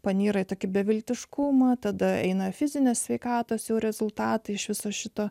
panyra į tokį beviltiškumą tada eina fizinės sveikatos rezultatai iš viso šito